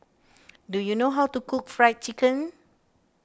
do you know how to cook Fried Chicken